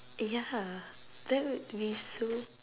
eh ya that would be so